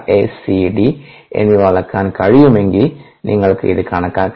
SCD എന്നിവ അളക്കാൻ കഴിയുമെങ്കിൽ നിങ്ങൾക്ക് ഇത് കണക്കാക്കാം